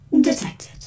detected